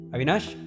Avinash